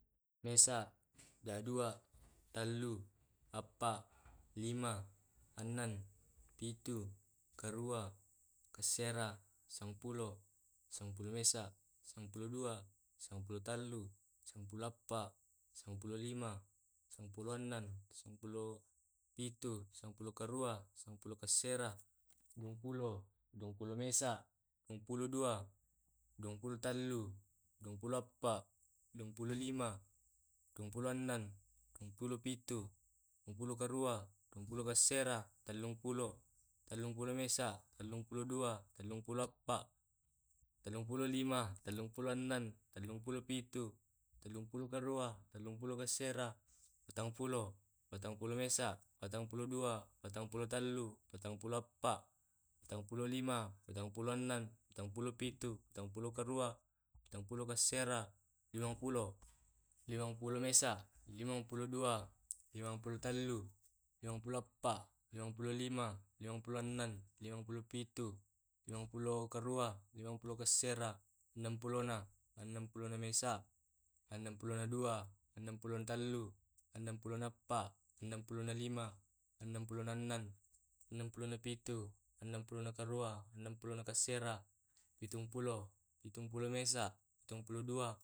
Mesa tadua talu ampat lima anem pitu karua karesa sepuluh sepuluh mesa sepuluh tadua sepuluh telu sepuluh ampat sepuluh lima sepuluh enan sepuluh pitu sepulu karua sepulukaresa duapuluh mesa duapulu tadua dupulu talu dua puluh enem dua puluh pitu dua pulu karesa